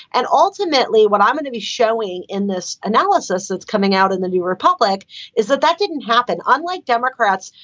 and ultimately, what i'm going to be showing in this analysis that's coming out in the new republic is that that didn't happen. unlike democrats,